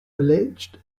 alleged